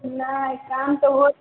नहि काम तऽ हो